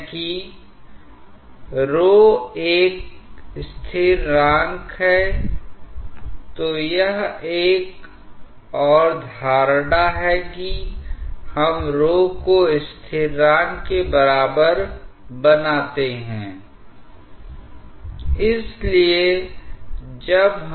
यहां पर वेग u1 δu1 और यहां पर वेग u2 δu2 है जहां परδ अन्य मूल्य की तुलना में बहुत छोटा परिवर्तन होता हैI अब यदि यह धारा रेखाएं एक दूसरे के बहुत करीब हैं तो क्या होगा इन दोनों स्ट्रीमलाइन के बीच दबाव में नगण्य अंतर होगा